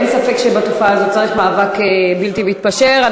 אין ספק שצריך מאבק בלתי מתפשר בתופעה הזאת.